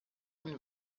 und